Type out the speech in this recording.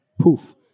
poof